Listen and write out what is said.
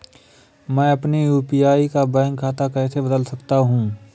मैं अपने यू.पी.आई का बैंक खाता कैसे बदल सकता हूँ?